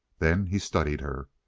then he studied her.